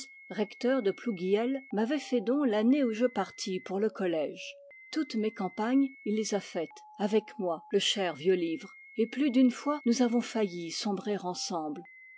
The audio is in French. recteur de plou guiel m'avait fait don l'année où je partis pour le collège toutes mes campagnes il les a faites avec moi le cher vieux livre et plus d'une fois nous avons failli sombrer ensemble